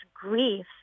grief